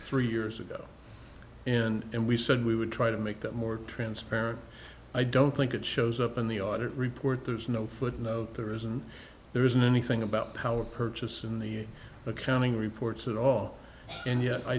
three years ago and we said we would try to make them more transparent i don't think it shows up in the audit report there's no footnote there isn't there isn't anything about power purchase in the accounting reports at all and yet i